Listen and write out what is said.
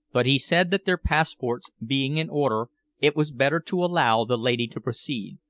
but he said that their passports being in order it was better to allow the lady to proceed.